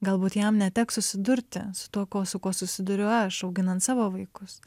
galbūt jam neteks susidurti su tuo kuo su kuo susiduriu aš auginant savo vaikus